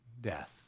death